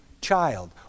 child